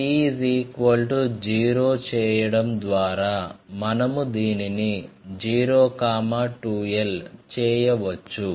c0 చేయడం ద్వారా మనము దీనిని 0 2l చేయవచ్చు